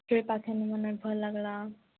ସେ ପାଖେନ ମାନେ ଭଲ ଲାଗଲା